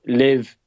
live